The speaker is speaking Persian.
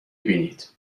بینید